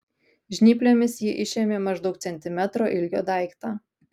žnyplėmis ji išėmė maždaug centimetro ilgio daiktą